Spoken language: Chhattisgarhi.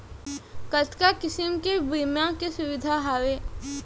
कतका किसिम के बीमा के सुविधा हावे?